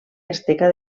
asteca